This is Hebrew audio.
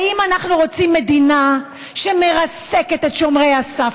האם אנחנו רוצים מדינה שמרסקת את שומרי הסף